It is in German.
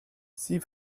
sie